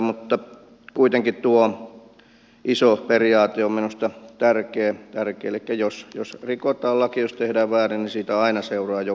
mutta kuitenkin tuo iso periaate on minusta tärkeä elikkä jos rikotaan lakia jos tehdään väärin niin siitä aina seuraa joku rangaistus